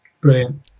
Brilliant